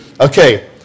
Okay